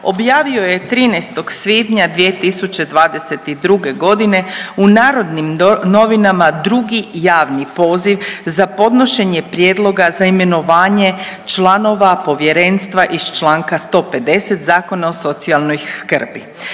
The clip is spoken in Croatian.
objavio je 13. svibnja 2022. godine u Narodnim novinama drugi javni poziv za podnošenje prijedloga za imenovanje članova povjerenstva iz Članka 150. Zakona o socijalnoj skrbi.